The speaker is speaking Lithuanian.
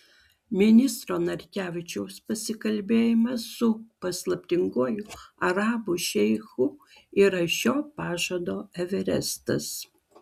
ministro narkevičiaus pasikalbėjimas su paslaptinguoju arabų šeichu yra šio pažado everestas